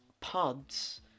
pods